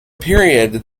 period